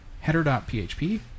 header.php